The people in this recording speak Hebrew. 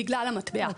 בגלל המטבע,